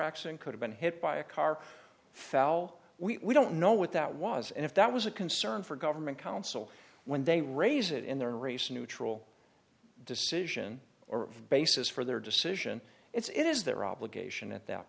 accident could have been hit by a car fell we don't know what that was and if that was a concern for government counsel when they raise it in their race neutral decision or basis for their decision it's it is their obligation at that